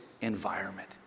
environment